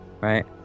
right